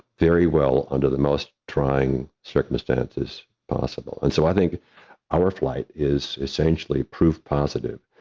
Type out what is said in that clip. very well under the most trying circumstances possible. and so, i think our flight is essentially proof positive.